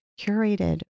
curated